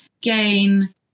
gain